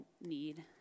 need